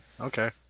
Okay